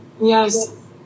Yes